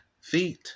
feet